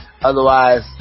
Otherwise